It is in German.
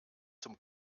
zum